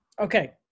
Okay